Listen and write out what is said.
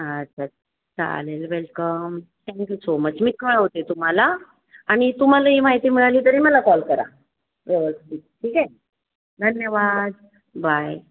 अच्छा चालेल welcome thank you so much मी कळवते तुम्हाला आणि तुम्हालाही माहिती मिळाली तरी मला कॉल करा ओके ठीक आहे धन्यवाद बाय